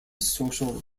social